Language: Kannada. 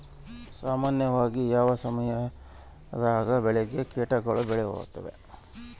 ಸಾಮಾನ್ಯವಾಗಿ ಯಾವ ಸಮಯದಾಗ ಬೆಳೆಗೆ ಕೇಟಗಳು ಬೇಳುತ್ತವೆ?